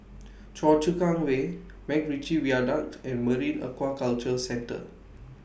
Choa Chu Kang Way Macritchie Viaduct and Marine Aquaculture Centre